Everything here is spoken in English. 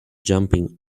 jumping